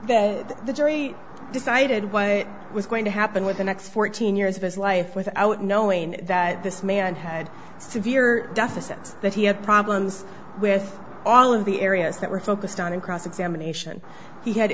what the jury decided what was going to happen with the next fourteen years of his life without knowing that this man had severe deficits that he had problems with all of the areas that were focused on in cross examination he had